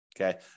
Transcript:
Okay